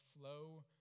flow